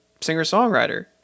singer-songwriter